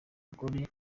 umugore